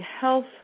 health